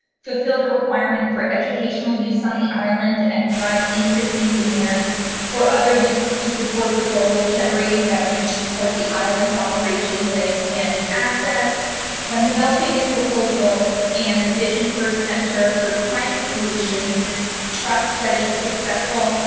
fulfill the requirement for educational use on the island and drive interest in demand for other uses to support the goal of generating revenue to support the islands operations and expanded access when developing this proposal and the vision for center for client solutions. this trust studied successful,